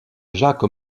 jacques